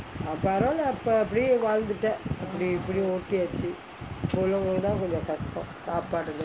பரவாலே அப்பே அப்டியே வாழ்ந்துட்டே அப்டி இப்டி னு ஓட்டியாச்சு:paravalae appe apdiye vazhnthuttae apdi ipdi nu oottiyaachu